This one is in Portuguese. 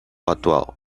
atual